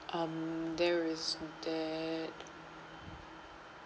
um there is that